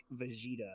vegeta